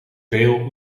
veel